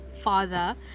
father